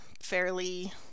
fairly